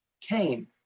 came